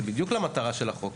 זה בדיוק למטרה של החוק.